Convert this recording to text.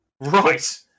Right